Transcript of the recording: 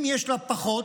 אם יש לה פחות,